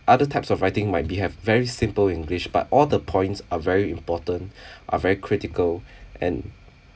other types of writing might be have very simple english but all the points are very important are very critical and